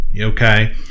Okay